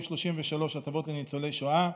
סעיף 33 (הטבות לניצולי שואה).